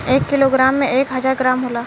एक किलोग्राम में एक हजार ग्राम होला